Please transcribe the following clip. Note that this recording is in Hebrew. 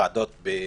האם יש כל יום ועדות?